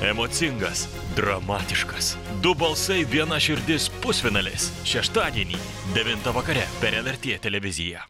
emocingas dramatiškas du balsai viena širdis pusfinalis šeštadienį devintą vakare per lrt televiziją